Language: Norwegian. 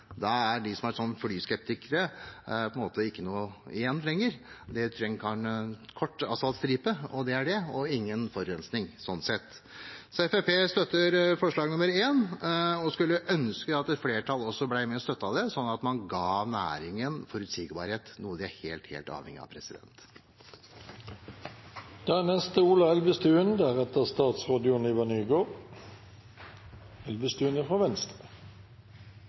Da har ikke de som er flyskeptikere, noe igjen lenger – det trengs kun en kort asfaltstripe, og det er det; det blir sånn sett ingen forurensning. Så Fremskrittspartiet støtter forslag nr. 1 og skulle ønske at et flertall også ble med og støttet det, slik at man ga næringen forutsigbarhet – noe de er helt, helt avhengig av. Jeg vil også berømme Høyre for å ha lagt fram dette forslaget. Venstre kommer til å støtte forslaget fra